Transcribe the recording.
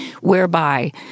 whereby